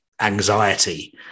anxiety